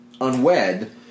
unwed